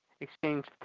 exchange